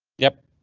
yep.